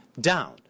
down